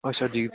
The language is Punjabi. ਅੱਛਾ ਜੀ